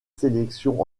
sélections